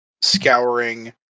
scouring